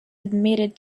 admitted